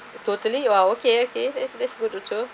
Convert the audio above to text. totally !wah! okay okay that's that's good also